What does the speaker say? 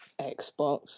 Xbox